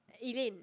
Elaine